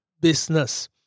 business